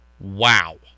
wow